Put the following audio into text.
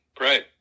right